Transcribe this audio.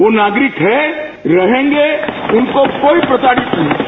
वो नागरिक है रहेंगे उनको कोई प्रताडित नहीं करेगा